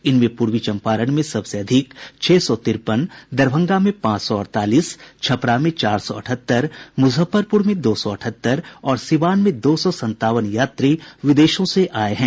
इनमें पूर्वी चम्पारण में सबसे अधिक छह सौ तिरपन दरभंगा में पांच सौ अड़तालीस छपरा में चार सौ अठहत्तर मुजफ्फरपुर में दो सौ अठहत्तर और सीवान में दो सौ संतावन यात्री विदेशों से आये हैं